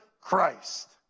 Christ